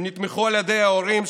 הם נתמכו על ידי ההורים,